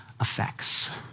effects